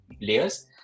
layers